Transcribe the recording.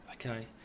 Okay